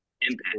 impact